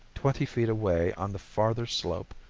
twenty feet away on the farther slope,